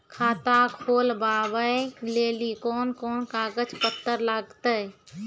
खाता खोलबाबय लेली कोंन कोंन कागज पत्तर लगतै?